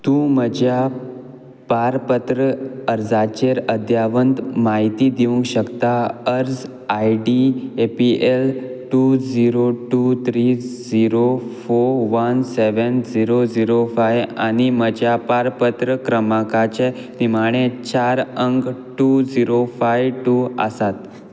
तूं म्हज्या पारपत्र अर्जाचेर अध्यावत म्हायती दिवंक शकता अर्ज I D A P L two zero two three zero four one seven zero zero five आनी म्हज्या पारपत्र क्रमांकाचे निमाणे चार अंक टू झिरो फाय टू आसात